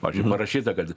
pavyzdžiui parašyta kad